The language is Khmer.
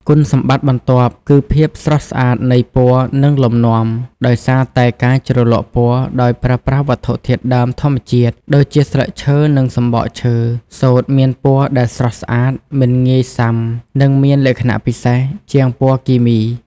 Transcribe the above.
គុណសម្បត្តិបន្ទាប់គឺ ភាពស្រស់ស្អាតនៃពណ៌និងលំនាំ ដោយសារតែការជ្រលក់ពណ៌ដោយប្រើប្រាស់វត្ថុធាតុដើមធម្មជាតិដូចជាស្លឹកឈើនិងសំបកឈើ សូត្រមានពណ៌ដែលស្រស់ស្អាត មិនងាយសាំ និងមានលក្ខណៈពិសេសជាងពណ៌គីមី។